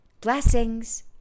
Blessings